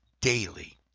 daily